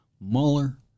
Mueller